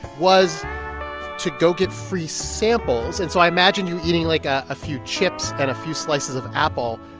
was to go get free samples. and so i imagine you eating, like, ah a few chips and a few slices of apple.